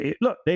look